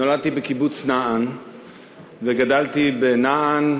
נולדתי בקיבוץ נען וגדלתי בנען,